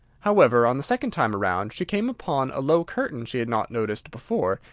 however, on the second time round, she came upon a low curtain she had not noticed before,